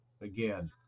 Again